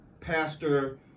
Pastor